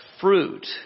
fruit